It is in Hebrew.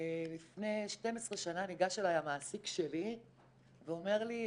לפני 12 שנה ניגש אליי המעסיק שלי ואומר לי,